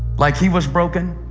like he was broken,